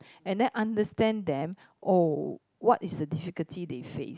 and then understand them oh what is the difficulty they face